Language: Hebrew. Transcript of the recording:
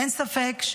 אין ספק,